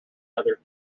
other